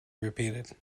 repeated